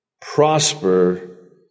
prosper